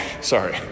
Sorry